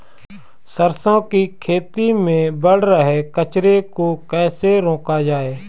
सरसों की खेती में बढ़ रहे कचरे को कैसे रोका जाए?